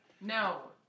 No